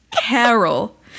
Carol